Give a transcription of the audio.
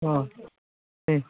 अह दे